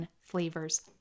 flavors